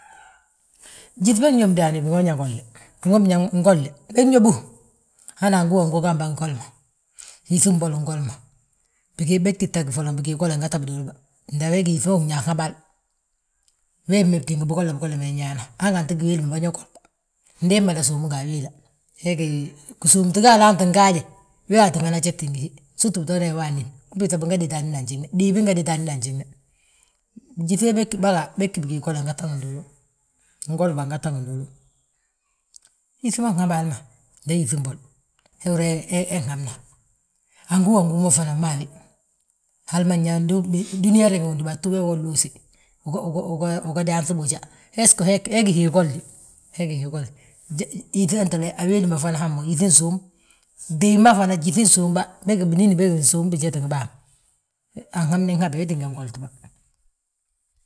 Gyíŧ bég ñób ndaani gima ñegolni, gima biñaŋ, ngolni bég ñóbu, hana ngúwagu hamba ngolma, yíŧi mbol ngolma. Bég tita gí bigii gole ngete binduulu ba, nda he gí yíŧi ma húri yaa nhabal. Wee mébdi ngi bigolla, bigolla ma nyaana, hanganti giwél ba ñe golbà, nda ii mmada suumi nga awéla. He gí gisuumti ga alaante ngaade, wee wa tíngani ajeti ngi hi, sitú bitoona yaa wa anín. Unbiiŧa binga déta anín a njiŋne, diibi nge déti anín ajiŋne, gyíŧ baga, bégi bigii gole ngete nduulu wi, ngoli bà ngette ngi nduulu wi. Yíŧi ma nŋab hal njan yíŧi mbol, he húri yaa he habna. Angúwagu ma fana hamma wi, hali ma nyaa ndi dúniyaa wo riŋi daatu wee wi nluusi, uga daanŧi boja, hégí hii golide he gí hii gole, awéli ma fana hamma wi, gyíŧi suum, gdiib ma fana gyíŧi gsuumaba, bége ngi binín bége nsuum bijédi gbah, anhabni habe wee tínga ngol ti bà.